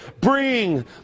bring